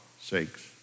sakes